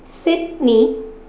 Sydney